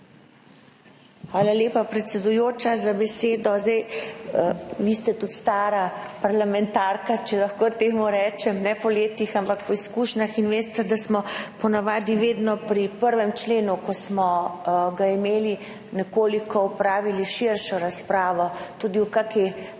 Hvala lepa, predsedujoča, za besedo. Tudi vi ste stara parlamentarka, če lahko temu tako rečem, ne po letih, ampak po izkušnjah, in veste, da smo po navadi vedno pri prvem členu, ko smo ga imeli, opravili nekoliko širšo razpravo tudi o kakšni